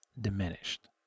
diminished